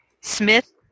Smith